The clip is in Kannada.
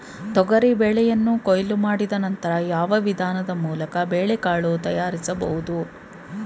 ತೊಗರಿ ಬೇಳೆಯನ್ನು ಕೊಯ್ಲು ಮಾಡಿದ ನಂತರ ಯಾವ ವಿಧಾನದ ಮೂಲಕ ಬೇಳೆಕಾಳು ತಯಾರಿಸಬಹುದು?